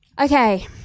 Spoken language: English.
Okay